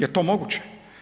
Jel to moguće?